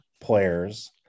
players